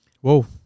Whoa